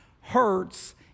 hurts